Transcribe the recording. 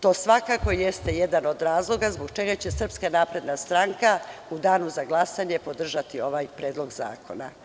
To svakako jeste jedan od razloga zbog čega će SNS u danu za glasanje podržati ovaj predlog zakona.